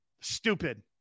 Stupid